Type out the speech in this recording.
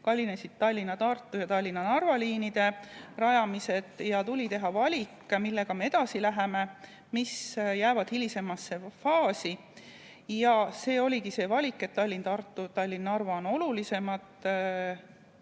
kallinesid Tallinna–Tartu ja Tallinna–Narva liinide rajamised –, siis tuli teha valik, millega me edasi läheme ja mis jäävad hilisemasse faasi. Ja see oligi see valik, et Tallinn–Tartu ja Tallinn–Narva on olulisemad